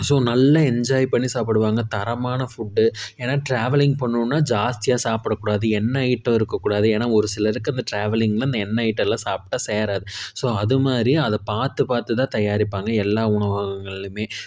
so நல்ல enjoy பண்ணி சாப்பிடுவாங்க தரமான ஃபுட்டு ஏனால் ட்ரேவலிங் பண்ணணும்னா ஜாஸ்தியாக சாப்பிடக்கூடாது எண்ணெய் ஐட்டோம் இருக்கக்கூடாது ஏனால் ஒரு சிலருக்கு அந்த ட்ராவலிங்கில் அந்த எண்ணெய் ஐட்டோம்லாம் சாப்ட்டா சேராது ஸோ அதுமாதிரி அதை பார்த்து பார்த்துதான் தயாரிப்பாங்க எல்லாம் உணவகங்களிலுமே